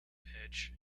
pitch